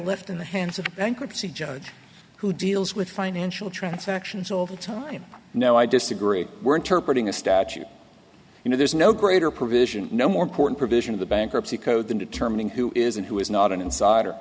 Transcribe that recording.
left in the hands of a bankruptcy judge who deals with financial transactions all the time no i disagree we're interpret in a statute you know there's no greater provision no more important provision of the bankruptcy code than determining who is and who is not an insider